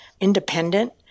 independent